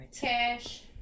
Cash